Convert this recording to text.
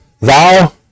thou